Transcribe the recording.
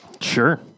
Sure